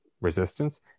resistance